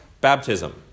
baptism